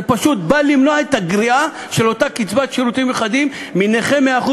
זה פשוט בא למנוע את הגריעה של אותה קצבת שירותים מיוחדים מנכה 100%,